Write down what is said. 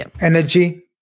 energy